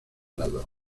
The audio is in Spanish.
lados